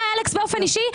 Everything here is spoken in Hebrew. אתה אלכס באופן אישי,